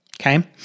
Okay